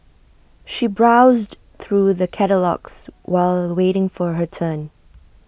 she browsed through the catalogues while waiting for her turn